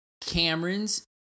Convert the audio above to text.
Cameron's